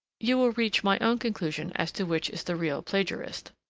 you will reach my own conclusion as to which is the real plagiarist.